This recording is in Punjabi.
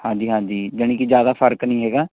ਹਾਂਜੀ ਹਾਂਜੀ ਜਾਣੀ ਕਿ ਜ਼ਿਆਦਾ ਫਰਕ ਨਹੀਂ ਹੈਗਾ